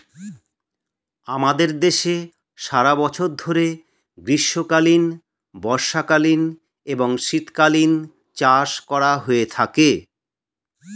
আমাদের দেশে সারা বছর ধরে গ্রীষ্মকালীন, বর্ষাকালীন এবং শীতকালীন চাষ করা হয়ে থাকে